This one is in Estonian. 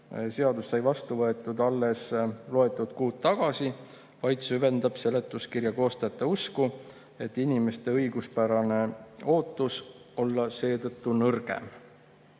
seadus sai vastu võetud alles loetud kuud tagasi, vaid süvendab seletuskirja koostajate usku, et inimeste õiguspärane ootus on seetõttu nõrgem.